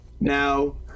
now